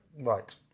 Right